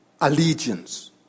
allegiance